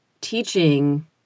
teaching